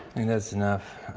that's enough.